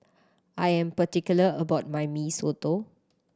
I am particular about my Mee Soto